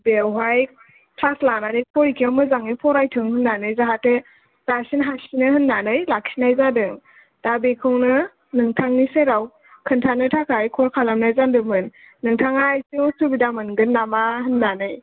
बेवहाय क्लास लानानै फरेखायाव मोजाङै फरायथों होन्नानै जाहाथे रासिन हासिनो होननानै लाखिनाय जादों दा बेखौनो नोंथांनि सेराव खोनथानो थाखाय कल खालामनाय जादोंमोन नोंथाङा एसे उसुबिदा मोनगोन नामा होननानै